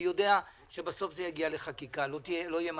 אני יודע שבסוף זה יגיע לחקיקה, לא יהיה מנוס.